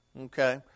Okay